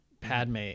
Padme